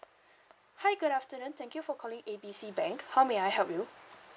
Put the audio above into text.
hi good afternoon thank you for calling A B C bank how may I help you